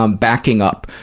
um backing up,